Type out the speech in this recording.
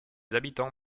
habitants